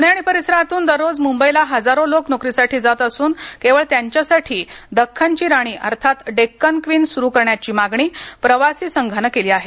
पुणे आणि परिसरातून दररोज मुंबईला हजारो लोक नोकरीसाठी जात असून केवळ त्यांच्यासाठी दख्खनची राणी अर्थात डेक्कन क्वीन सुरू करण्याची मागणी प्रवासी संघानं केली आहे